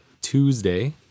Tuesday